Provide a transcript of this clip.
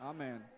Amen